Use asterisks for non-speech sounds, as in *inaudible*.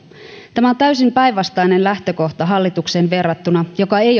tämä on täysin päinvastainen lähtökohta hallitukseen verrattuna joka ei *unintelligible*